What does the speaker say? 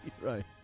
Right